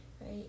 right